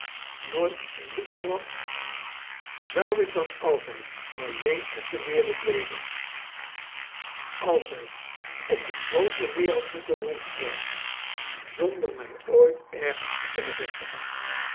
nooit een bloedverwant zou ik dan altijd alleen op de wereld wezen altijd op die groote wereld moeten rondzwerven zonder mij ooit ergens te kunnen vestigen